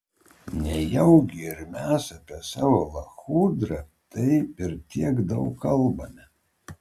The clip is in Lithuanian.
nejaugi ir mes apie savo lachudrą taip ir tiek daug kalbame